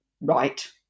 right